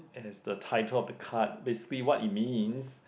and is the title of the card basically what it means